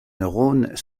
neurones